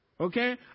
Okay